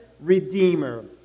redeemer